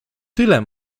tyle